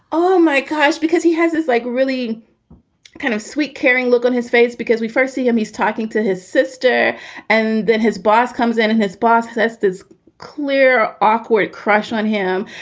oh, my gosh because he has this like, really kind of sweet, caring look on his face because we first see him, he's talking to his sister and then his boss comes in and his boss says is clear, awkward crush on him.